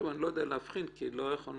אני פנחס מיכאלי, מלשכת עורכי הדין.